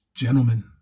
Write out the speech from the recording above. gentlemen